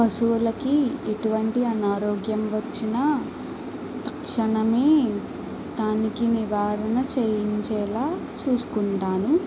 పశువులకి ఎటువంటి అనారోగ్యం వచ్చినా తక్షణమే దానికి నివారణ చేయించేలా చూసుకుంటాను